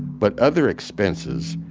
but other expenses,